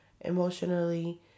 emotionally